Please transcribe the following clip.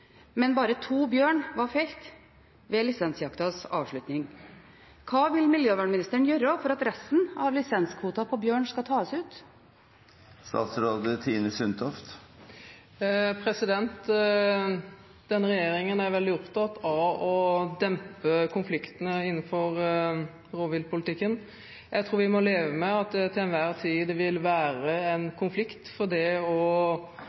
men bare to bjørner var felt ved lisensjaktas avslutning. Hva vil miljøvernministeren gjøre for at resten av lisenskvoten på bjørn skal tas ut? Denne regjeringen er veldig opptatt av å dempe konfliktene innenfor rovviltpolitikken. Jeg tror vi må leve med at det til enhver tid vil være en konflikt. Det sier seg selv at det å